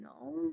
no